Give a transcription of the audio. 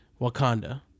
wakanda